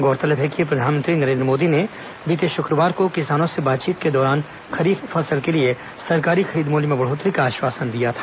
गौरतलब है कि प्रधानमंत्री नरेन्द्र मोदी ने बीते शुक्रवार को किसानों से बातचीत के दौरान खरीफ फसल के लिए सरकारी खरीद मूल्य में बढ़ोत्तरी का आश्वासन दिया था